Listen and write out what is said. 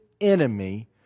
enemy